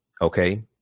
Okay